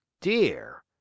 dear